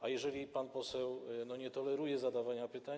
A jeżeli pan poseł nie toleruje zadawania pytań.